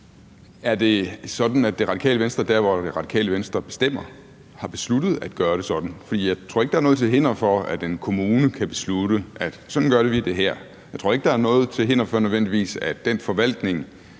Er det sådan, at Det Radikale Venstre dér, hvor Det Radikale Venstre bestemmer, har besluttet at gøre det sådan? For jeg tror ikke, at der er noget til hinder for, at en kommune kan beslutte, at sådan vil de gøre det. Jeg tror ikke, der nødvendigvis er noget til hinder for, at den forvaltning